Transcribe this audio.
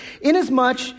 inasmuch